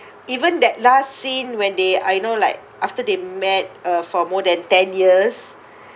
even that last scene when they I know like after they met uh for more than ten years